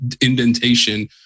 indentation